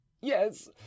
yes